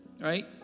right